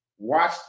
Watch